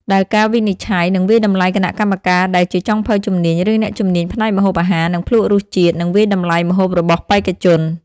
ដែលការវិនិច្ឆ័យ និងវាយតម្លៃគណៈកម្មការដែលជាចុងភៅជំនាញ ឬអ្នកជំនាញផ្នែកម្ហូបអាហារ នឹងភ្លក្សរសជាតិ និងវាយតម្លៃម្ហូបរបស់បេក្ខជន។